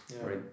right